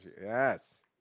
Yes